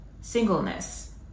singleness